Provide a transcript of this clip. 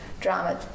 drama